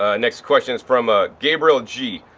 ah next question is from ah gabriel g.